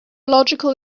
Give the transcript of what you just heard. illogical